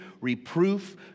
reproof